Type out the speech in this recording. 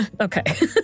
Okay